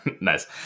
Nice